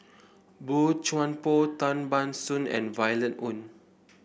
Boey Chuan Poh Tan Ban Soon and Violet Oon